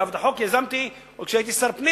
אגב, את החוק יזמתי עוד כשהייתי שר פנים.